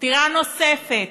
סטירה נוספת.